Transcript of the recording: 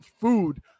food